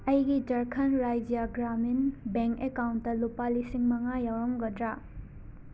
ꯑꯩꯒꯤ Jharkhand Rajya Gramin bank account ꯂꯨꯄꯥ ꯂꯤꯁꯤꯡ ꯃꯉꯥ ꯌꯥꯎꯔꯝꯒꯗꯔ